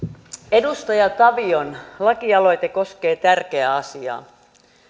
edustaja tavion lakialoite koskee tärkeää asiaa